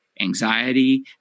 Anxiety